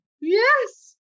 Yes